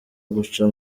guca